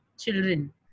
children